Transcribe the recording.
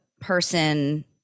person